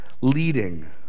leading